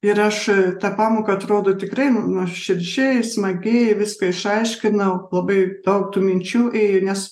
ir aš tą pamoką atrodo tikrai nuoširdžiai smagiai viską išaiškinau labai daug tų minčių ėjo nes